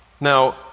Now